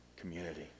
community